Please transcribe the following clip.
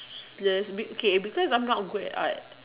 less be okay because I'm not good at art